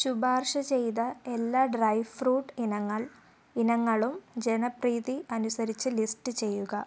ശുപാർശ ചെയ്ത എല്ലാ ഡ്രൈ ഫ്രൂട്ട് ഇനങ്ങൾ ഇനങ്ങളും ജനപ്രീതി അനുസരിച്ച് ലിസ്റ്റ് ചെയ്യുക